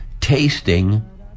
tasting